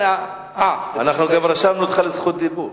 אנחנו גם רשמנו אותך לדיבור.